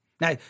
Now